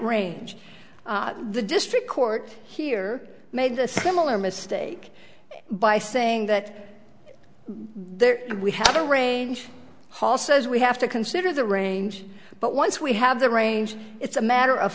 range the district court here made a similar mistake by saying that there and we have a range hall says we have to consider the range but once we have the range it's a matter of